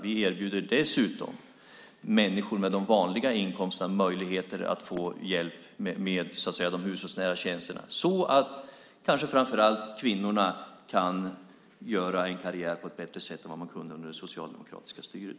Vi erbjuder dessutom människor med de vanliga inkomsterna möjligheter att få hjälp med de hushållsnära tjänsterna, så att kanske framför allt kvinnorna kan göra karriär på ett bättre sätt än vad de kunde under det socialdemokratiska styret.